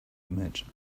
merchant